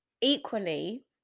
Equally